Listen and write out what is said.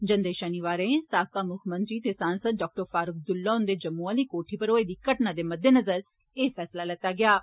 जंदे शनिवारें साबका मुक्खमंत्री ते सांसद डाक्टर फारूक अब्दुल्ला हुंदी जम्मू आह्ली कोठी पर होई दी घटना दे मद्देनज़र एह् फैसला लैता गेआ ऐ